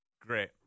Great